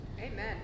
Amen